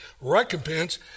recompense